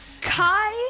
Kai